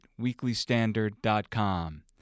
weeklystandard.com